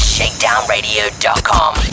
Shakedownradio.com